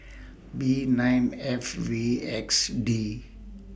B nine F V X D